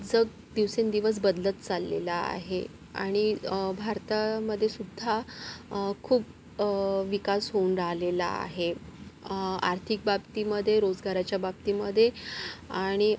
जग दिवसेंदिवस बदलत चाललेलं आहे आणि भारतामध्ये सुद्धा खूप विकास होऊन राहिलेला आहे आर्थिक बाबतीमध्ये रोजगाराच्या बाबतीमध्ये आणि